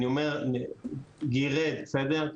אני אומר גרד בסדר?